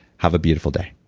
have a beautiful day